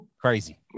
Crazy